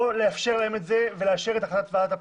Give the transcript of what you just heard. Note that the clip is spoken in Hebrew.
או לאפשר להם את זה ולאשר את החלטת ועדת הפנים.